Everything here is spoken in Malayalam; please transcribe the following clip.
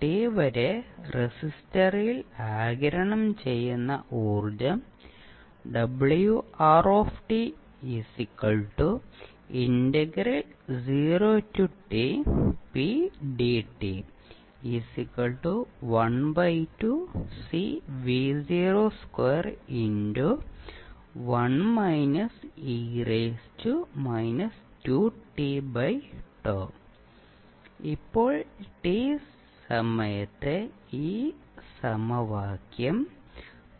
t വരെ റെസിസ്റ്റർ ആഗിരണം ചെയ്യുന്ന ഊർജ്ജം ഇപ്പോൾ t സമയത്തെ ഈ സമവാക്യം